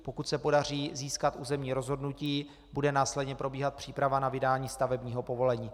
Pokud se podaří získat územní rozhodnutí, bude následně probíhat příprava na vydání stavebního povolení.